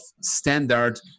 standard